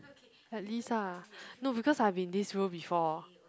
at least ah no because I've been this role before